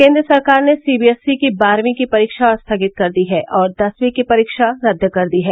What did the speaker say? केन्द्र सरकार ने सीबीएसई की बारहवीं की परीक्षा स्थगित कर दी है और दसवीं की परीक्षा रद्द कर दी है